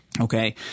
okay